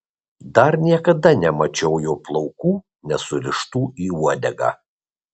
dar niekada nemačiau jo plaukų nesurištų į uodegą